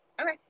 Okay